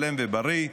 שלם ובריא,